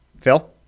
Phil